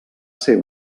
ser